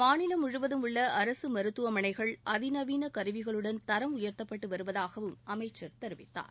மாநிலம் முழுவதும் உள்ள அரசு மருத்துவமனைகள் அதிநவீன கருவிகளுடன் தரம் உயர்த்தப்பட்டு வருவதாகவும் அமைச்சர் தெரிவித்தார்